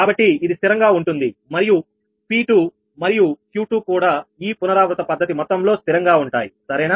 కాబట్టి ఇది స్థిరంగా ఉంటుంది మరియు P2 మరియు Q2 కూడా ఈ పునరావృత పద్ధతి మొత్తం లో స్థిరంగా ఉంటాయి సరేనా